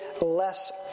less